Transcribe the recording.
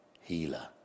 healer